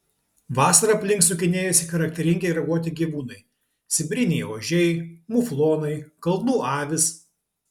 vasarą aplink sukinėjasi charakteringi raguoti gyvūnai sibiriniai ožiai muflonai kalnų avys